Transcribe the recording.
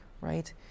right